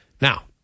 Now